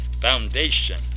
foundation